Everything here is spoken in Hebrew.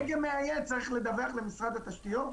דגם מאייד צריך לדווח למשרד התשתיות?